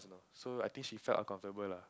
so I think she felt uncomfortable lah